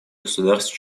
государств